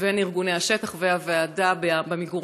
לבין ארגוני השטח והוועדה במיגור